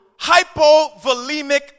hypovolemic